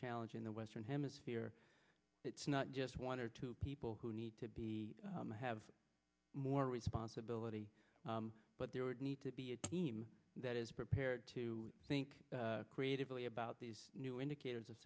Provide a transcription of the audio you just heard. challenge in the western hemisphere it's not just one or two people who need to be have more responsibility but they need to be a team that is prepared to think creatively about these new indicators of